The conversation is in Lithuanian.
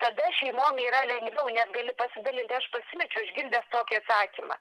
tada šeimom yra lengviau nes gali pasidalinti aš pasimečiau išgirdęs tokį atsakymą